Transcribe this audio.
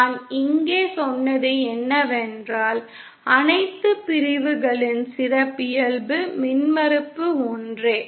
நான் இங்கே சொன்னது என்னவென்றால் அனைத்து பிரிவுகளின் சிறப்பியல்பு மின்மறுப்பு ஒன்றே